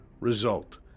Result